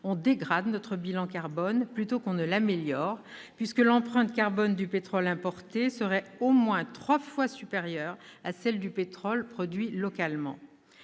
on dégrade notre bilan carbone plutôt qu'on ne l'améliore, puisque l'empreinte carbone du pétrole importé serait au moins trois fois supérieure à celle du pétrole produit localement.